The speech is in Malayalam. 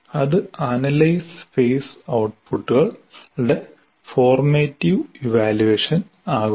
ആത് അനലൈസ് ഫേസ് ഔട്പുട്ടുകളുടെ ഫോർമേറ്റീവ് ഇവാല്യവേഷൻ ആകുന്നു